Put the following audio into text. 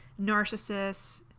narcissists